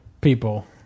people